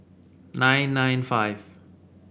nine nine five